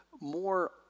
more